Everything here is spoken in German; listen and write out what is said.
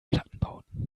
plattenbauten